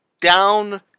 down